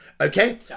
Okay